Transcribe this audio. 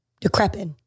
decrepit